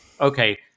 okay